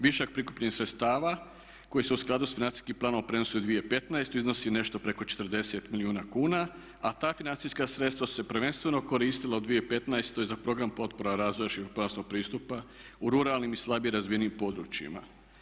Višak prikupljenih sredstava koji se u skladu sa financijskim planom prenose u 2015. iznosi nešto preko 40 milijuna kuna, a ta financijska sredstva su se prvenstveno koristila u 2015. za program potpora razvoja širokopojasnog pristupa u ruralnim i slabije razvijenim područjima.